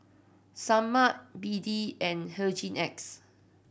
Sebamed B D and Hygin X